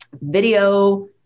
video